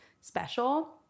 special